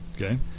Okay